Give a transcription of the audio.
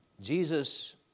Jesus